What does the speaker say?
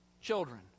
children